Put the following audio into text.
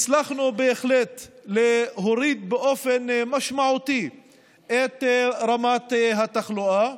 הצלחנו בהחלט להוריד באופן משמעותי את רמת התחלואה,